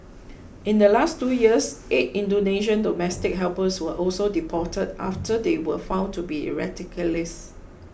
in the last two years eight Indonesian domestic helpers were also deported after they were found to be radicalised